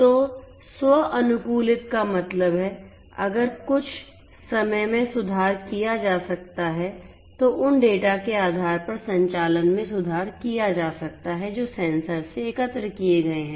तो स्व अनुकूलित का मतलब है अगर कुछ समय में सुधार किया जा सकता है तो उन डेटा के आधार पर संचालन में सुधार किया जा सकता है जो सेंसर से एकत्र किए गए हैं